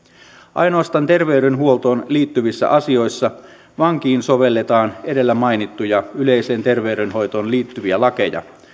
ainoastaan terveydenhuoltoon liittyvissä asioissa vankiin sovelletaan edellä mainittuja yleiseen terveydenhoitoon liittyviä lakeja